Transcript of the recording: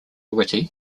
witty